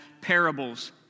parables